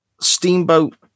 Steamboat